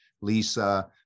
Lisa